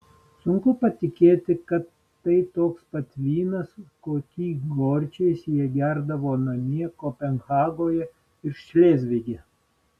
sunku patikėti kad tai toks pat vynas kokį gorčiais jie gerdavo namie kopenhagoje ir šlėzvige